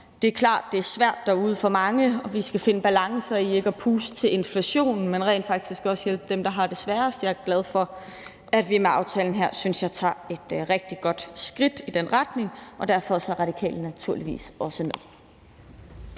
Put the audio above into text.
Det er klart, at det er svært derude for mange, og vi skal finde balancer i ikke at puste til inflationen, men rent faktisk også hjælpe dem, der har det sværest. Jeg er glad for, at vi med aftalen her – synes jeg – tager et rigtig godt skridt i den retning, og derfor er Radikale naturligvis også med.